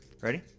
ready